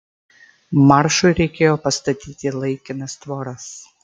maršui reikėjo pastatyti laikinas tvoras